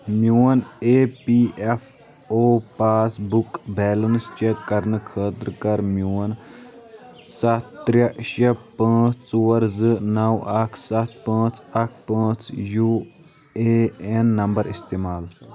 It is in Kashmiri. میٚون A P F O passbook balance check کرنہٕ خٲطرٕ کر میٚون سَتھ ترٛےٚ شیےٚ پانٛژھ ژور زٕ نو اکھ سَتھ پانٛژھ اکھ پانٛژھ یوٗ اے ایٚن نمبر استعمال